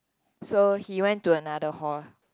so he went to another hall